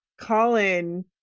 Colin